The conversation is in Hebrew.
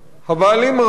החברה מרוויחה,